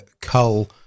cull